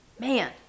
man